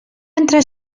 entre